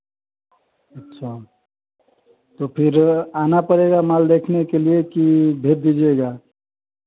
अच्छा तो फिर आना पड़ेगा माल देखने के लिए कि भेज दीजिएगा